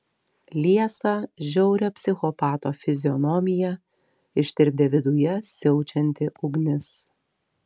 liesą žiaurią psichopato fizionomiją ištirpdė viduje siaučianti ugnis